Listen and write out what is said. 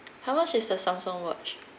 how much is the samsung watch